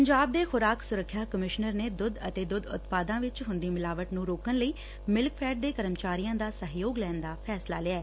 ਪੰਜਾਬ ਦੇ ਖੁਰਾਕ ਸੁਰੱਖਿਆ ਕਮਿਸ਼ਨਰ ਨੇ ਦੁੱਧ ਅਤੇ ਦੁੱਧ ਉਤਪਾਦਾਂ ਵਿੱਚ ਹੁੰਦੀ ਮਿਲਾਵਟ ਨੂੰ ਰੋਕਣ ਲਈ ਮਿਲਕਫੈੱਡ ਦੇ ਕਰਮਚਾਰੀਆਂ ਦਾ ਸਹਿਯੋਗ ਲੈਣ ਦਾ ਫੈਸਲਾ ਲਿਐ